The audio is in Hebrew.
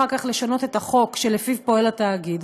אחר כך לשנות את החוק שלפיו פועל התאגיד?